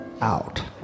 out